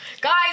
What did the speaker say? guys